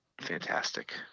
fantastic